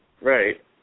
right